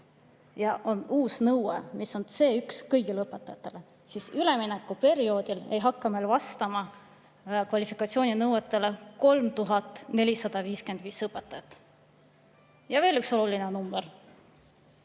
tekib uus nõue, mis on C1 kõigile õpetajatele, siis üleminekuperioodil ei hakka meil vastama kvalifikatsiooninõudele 3455 õpetajat. Veel üks oluline number.